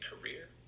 career